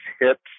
hips